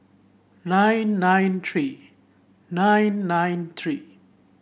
nine nine three nine nine three